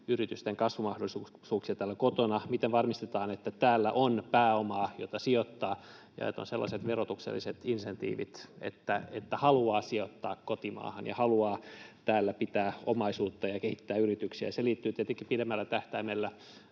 yritysten kasvumahdollisuuksia täällä kotona. Miten varmistetaan, että täällä on pääomaa, jota sijoittaa, ja että on sellaiset verotukselliset insentiivit, että haluaa sijoittaa kotimaahan ja haluaa täällä pitää omaisuutta ja kehittää yrityksiä? Se liittyy tietenkin pidemmällä tähtäimellä